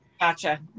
Gotcha